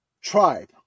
Tribe